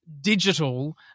digital